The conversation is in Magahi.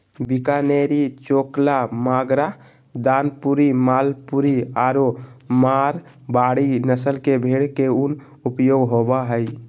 बीकानेरी, चोकला, मागरा, दानपुरी, मालपुरी आरो मारवाड़ी नस्ल के भेड़ के उन उपयोग होबा हइ